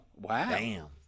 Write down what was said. Wow